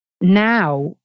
Now